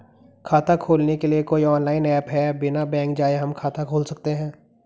खाता खोलने के लिए कोई ऑनलाइन ऐप है बिना बैंक जाये हम खाता खोल सकते हैं?